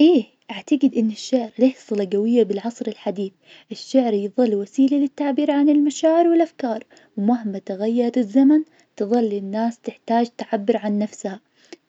أيه أعتقد إن الشعر له صلة قوية بالعصر الحديث. الشعر يظل وسيلة للتعبير عن المشاعر والأفكار، ومهما تغير الزمن تظل الناس تحتاج تعبر عن نفسها.